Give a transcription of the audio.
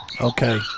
Okay